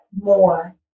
more